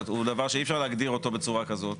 הוא דבר שאי אפשר להגדיר אותו בצורה כזאת.